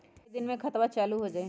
कई दिन मे खतबा चालु हो जाई?